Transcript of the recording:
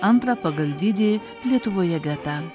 antrą pagal dydį lietuvoje getą